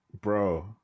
Bro